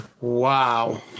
Wow